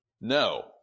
No